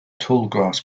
tallgrass